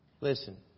Listen